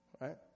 Right